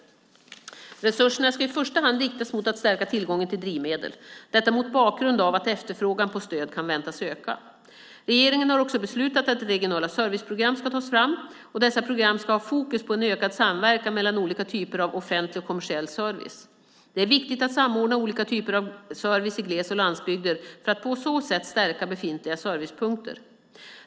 Resurserna ska i första hand riktas mot att stärka tillgången till drivmedel, detta mot bakgrund av att efterfrågan på stöd kan väntas öka. Regeringen har också beslutat att regionala serviceprogram ska tas fram. Dessa program ska ha fokus på en ökad samverkan mellan olika typer av offentlig och kommersiell service. Det är viktigt att samordna olika typer av service i gles och landsbygder för att på så sätt stärka befintliga servicepunkter.